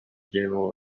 general